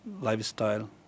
lifestyle